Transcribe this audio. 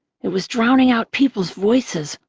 it was drowning out people's voices,